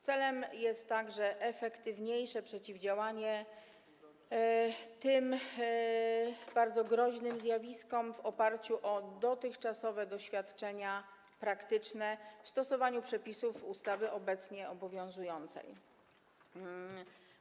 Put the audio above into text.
Celem zmiany jest także efektywniejsze przeciwdziałanie tym bardzo groźnym zjawiskom w oparciu o dotychczasowe doświadczenia praktyczne w stosowaniu przepisów obecnie obowiązującej ustawy.